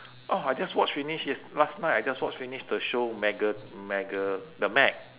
oh I just watch finish yes~ last night I just watch finish the show mega mega the meg